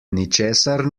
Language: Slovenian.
ničesar